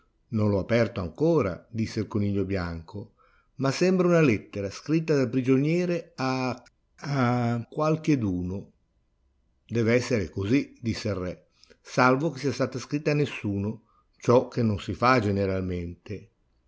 non l'ho aperto ancora disse il coniglio bianco ma sembra una lettera scritta dal prigioniere a a qualcheduno dev'essere così disse il re salvo che sia stata scritta a nessuno ciò che non si fa generalmente